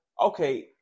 okay